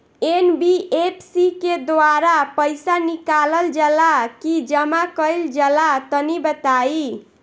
NBFC के द्वारा पईसा निकालल जला की जमा कइल जला तनि बताई?